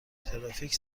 ترافیک